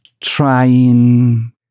trying